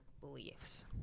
beliefs